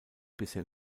bisher